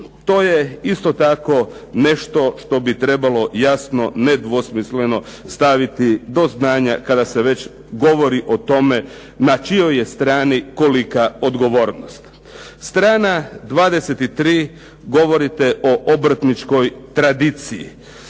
To je isto tako nešto što bi trebalo jasno nedvosmisleno staviti do znanja kada se već govori o tome na čijoj je strani kolika odgovornost. Strana 23, govorite o obrtničkoj tradiciji.